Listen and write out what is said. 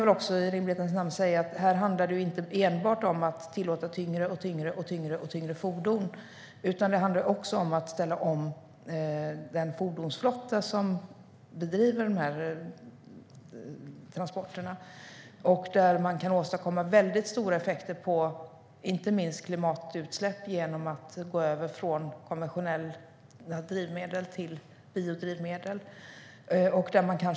Sedan ska det i rimlighetens namn sägas att här handlar det inte enbart om att tillåta allt tyngre fordon, utan det handlar också om att ställa om fordonsflottan som sköter de här transporterna. Där kan man åstadkomma väldigt stora effekter på inte minst klimatutsläpp genom att gå över från konventionella drivmedel till biodrivmedel.